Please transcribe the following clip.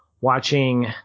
watching